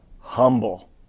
humble